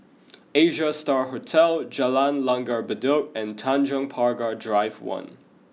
Asia Star Hotel Jalan Langgar Bedok and Tanjong Pagar Drive One